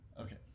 Okay